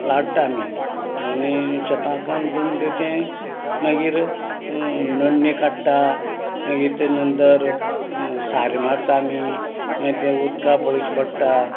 लाट्टा आमी आनी शेता काम कर म्हणटरी तें मागीर नण्णे काडटा मागीर तेज नंतर सारें मारता आमी मागीर तें उदका पळचें पडटा